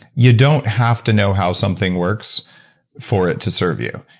you don't have to know how something works for it to serve you.